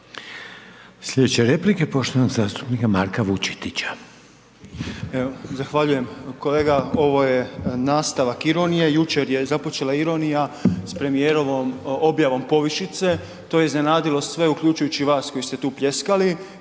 Slijedeća replika je poštovanog zastupnika Marka Vučetića. **Vučetić, Marko (Nezavisni)** Zahvaljujem. Kolega, ovo je nastavak ironije, jučer je započela ironija s premijerovom objavom povišice, to je iznenadilo sve, uključujući i vas koji ste tu pljeskali